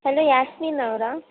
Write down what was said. hello Yasmin ಅವರಾ